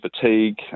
fatigue